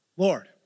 Lord